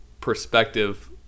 perspective